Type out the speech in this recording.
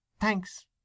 thanks